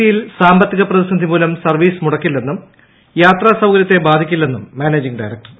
സിയിൽ സാമ്പത്തിക പ്രതിസന്ധിമൂലം സർവ്വീസ് മുടക്കില്ലെന്നും യാത്രാസൌകര്യത്തെ ബാധിക്കില്ലെന്നും മാനേജിംഗ് ഡയറക്ടർ